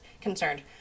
concerned